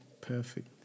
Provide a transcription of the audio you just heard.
perfect